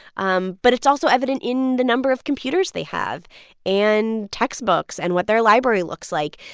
um but it's also evident in the number of computers they have and textbooks and what their library looks like.